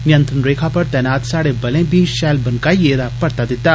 नियंत्रण रेखा पर तैनात स्हाड़े बलें बी पैल बनकाइयै परता दित्ता